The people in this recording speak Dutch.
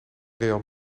real